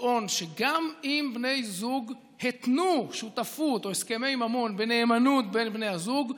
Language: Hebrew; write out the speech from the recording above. לטעון שגם אם בני זוג התנו שותפות או הסכמי ממון בנאמנות בין בני הזוג,